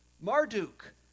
Marduk